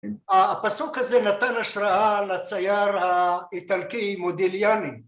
הפסוק הזה נתן השראה לצייר האיטלקי מודיליאני.